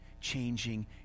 changing